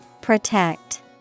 Protect